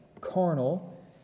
carnal